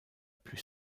plus